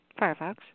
Firefox